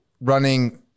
running